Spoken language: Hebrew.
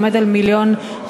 שעומד על 1.9 מיליון שקל.